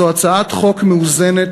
זו הצעת חוק מאוזנת